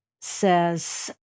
says